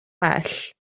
bell